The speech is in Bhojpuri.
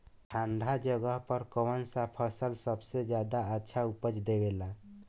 ठंढा जगह पर कौन सा फसल सबसे ज्यादा अच्छा उपज देवेला?